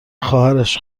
خواهرش